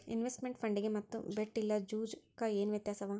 Investment ಫಂಡಿಗೆ ಮತ್ತ bet ಇಲ್ಲಾ ಜೂಜು ಕ ಏನ್ ವ್ಯತ್ಯಾಸವ?